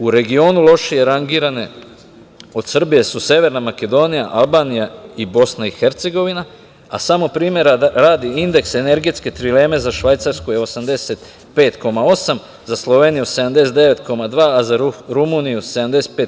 U regionu lošije rangirane od Srbije su severna Makedonija, Albanija i BiH, a samo primera radi indeks energetske trileme za Švajcarsku je 85,8%, za Sloveniju 79,2% a za Rumuniju 75,1%